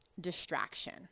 distraction